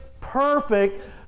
perfect